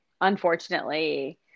Unfortunately